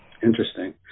Interesting